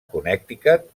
connecticut